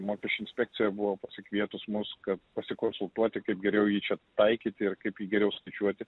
mokesčių inspekcija buvo pasikvietus mus kad pasikonsultuoti kaip geriau jį čia taikyti ir kaip jį geriau skaičiuoti